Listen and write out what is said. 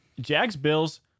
Jags-Bills